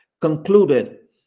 concluded